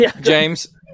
James